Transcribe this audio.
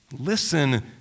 Listen